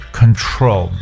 control